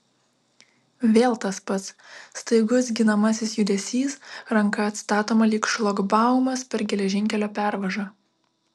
vėl tas pats staigus ginamasis judesys ranka atstatoma lyg šlagbaumas per geležinkelio pervažą